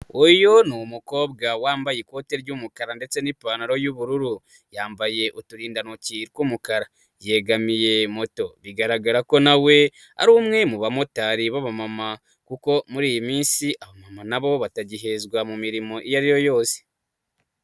Uyu ni umukobwa wambaye ikoti ry'umukara ndetse ni'pantaro y'ubururu, yambaye uturindantoki tw'umukara, yegamiye moto bigaragara ko nawe ari umwe mu bamotari b'aba mama kuko muri iyi minsi abamama nabo batagihezwa mu mirimo iyo ari yo yose.